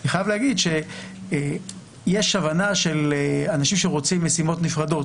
אני חייב להגיד שיש הבנה של אנשים שרוצים משימות נפרדות.